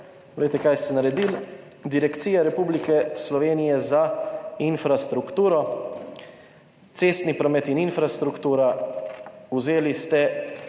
Poglejte kaj ste naredili. Direkcija Republike Slovenije za infrastrukturo, cestni promet in infrastruktura, vzeli ste